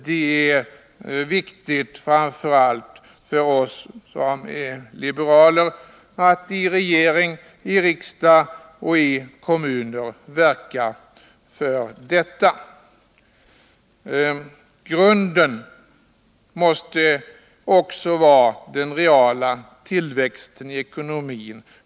Det är viktigt framför allt för oss liberaler att i regering, i riksdag och i kommuner verka för detta. Grunden måste vara den reala tillväxten i ekonomin.